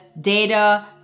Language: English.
data